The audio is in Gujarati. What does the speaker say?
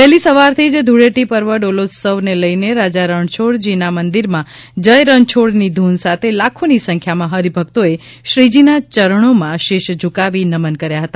વહેલી સવારથી જ ધુળેટી પર્વ ડોલોત્સવ ને લઇને રાજા રણછોડજી ના મંદિરમાં જય રણછીડ ની ધૂન સાથે લાખોની સંખ્યામાં હરિભક્તોએ શ્રીજીના ચરણોમાં શિશ ઝ્રકાવી નમન કર્યા હતા